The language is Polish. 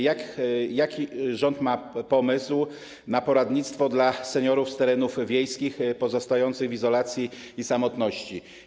Jaki rząd ma pomysł na poradnictwo dla seniorów z terenów wiejskich pozostających w izolacji i samotności?